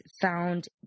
found